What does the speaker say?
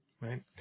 Right